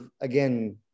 again